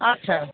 আচ্ছা